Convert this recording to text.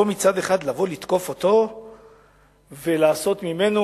מצד אחד לבוא לתקוף אותו ולעשות ממנו